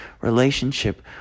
relationship